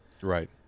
Right